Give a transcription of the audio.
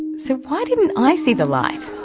so, why didn't i see the light?